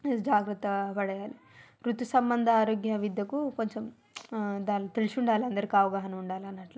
జాగ్రత్తగా పడేయాలి ఋతుసంబంధ ఆరోగ్యవిద్యకు కొంచెం దా తెలుసుండాలి అందరికి అవగాహన ఉండాలి అన్నట్లు